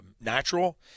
natural